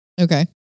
Okay